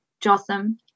Jotham